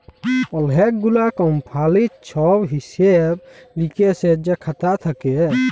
অলেক গুলা কমপালির ছব হিসেব লিকেসের যে খাতা থ্যাকে